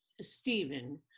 Stephen